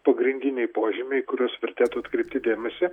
pagrindiniai požymiai į kuriuos vertėtų atkreipti dėmesį